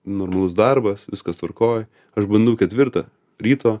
normalus darbas viskas tvarkoj aš bandau ketvirtą ryto